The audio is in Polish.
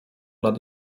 nad